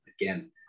Again